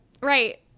Right